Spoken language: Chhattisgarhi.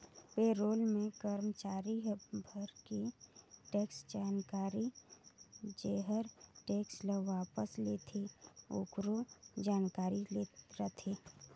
पे रोल मे करमाचारी भर के टेक्स जानकारी जेहर टेक्स ल वापस लेथे आकरो जानकारी रथे